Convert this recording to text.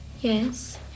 Yes